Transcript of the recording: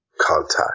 contact